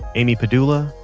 amy pedulla,